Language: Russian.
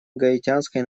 гаитянской